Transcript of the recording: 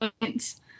points